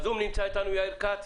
יאיר כץ,